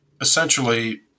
essentially